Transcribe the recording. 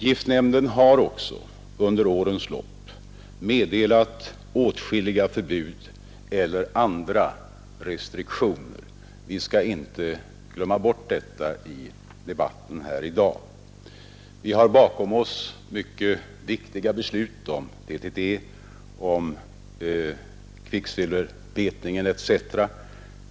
Giftnämnden har också under årens lopp meddelat åtskilliga förbud eller andra restriktioner. Vi skall inte glömma bort detta i debatten här i dag. Vi har bakom oss mycket viktiga beslut om DDT, kvicksilverbetningen etc.